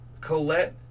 Colette